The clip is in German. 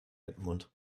edmund